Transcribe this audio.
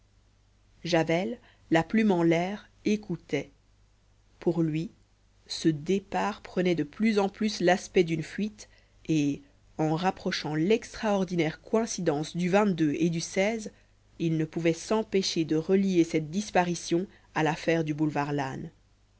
javel la plume en l'air écoutait pour lui ce départ prenait de plus en plus l'aspect d'une fuite et en rapprochant l'extraordinaire coïncidence du et du il ne pouvait s'empêcher de relier cette disparition à l'affaire du boulevard lannes